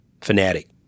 fanatic